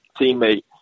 teammate